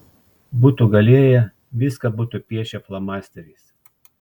būtų galėję viską būtų piešę flomasteriais